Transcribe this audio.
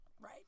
Right